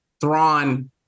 thrawn